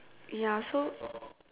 ya so